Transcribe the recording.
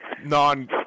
non